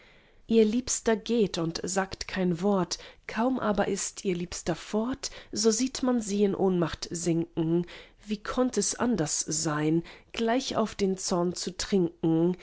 ihr liebster geht und sagt kein wort kaum aber ist ihr liebster fort so sieht man sie in ohnmacht sinken wie konnt es anders sein gleich auf den zorn zu trinken